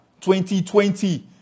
2020